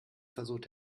versucht